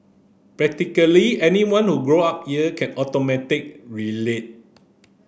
practically anyone who grew up here can automatic relate